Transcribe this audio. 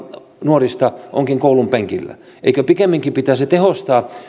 nuorista onkin koulun penkillä eikö pikemminkin pitäisi tehostaa